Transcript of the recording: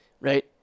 right